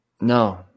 No